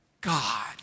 God